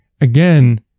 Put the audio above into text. again